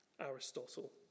Aristotle